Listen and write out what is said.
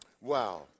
Wow